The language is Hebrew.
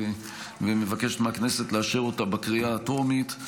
ומבקשת מהכנסת לאשר אותה בקריאה הטרומית,